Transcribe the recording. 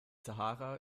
sahara